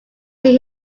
see